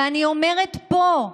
ואני אומרת פה: